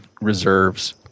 reserves